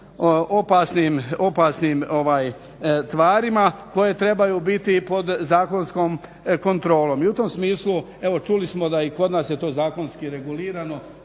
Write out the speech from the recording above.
opasnim tvarima koje trebaju biti pod zakonskom kontrolom i u tom smislu evo čuli smo da i kod nas je to zakonski regulirano